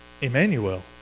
Emmanuel